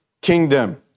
kingdom